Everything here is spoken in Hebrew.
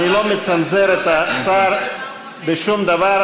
אני לא מצנזר את השר בשום דבר,